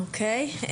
אוקיי.